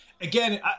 again